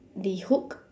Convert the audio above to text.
the hook